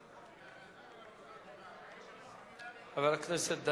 חקיקה), התשע"א 2011, של חבר הכנסת אברהם מיכאלי.